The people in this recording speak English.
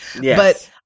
Yes